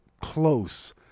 close